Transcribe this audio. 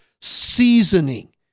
seasoning